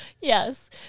Yes